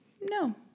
No